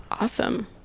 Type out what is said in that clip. Awesome